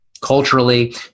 Culturally